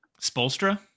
Spolstra